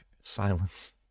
silence